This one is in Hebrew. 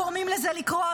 איך אנחנו גורמים לזה לקרות,